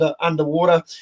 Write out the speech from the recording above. underwater